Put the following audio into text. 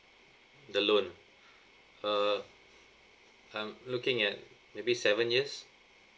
the loan uh I'm looking at maybe seven years